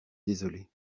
désolé